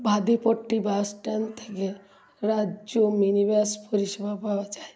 Vadipatti bus stand থেকে রাজ্য minibus পরিষেবা পাওয়া যায়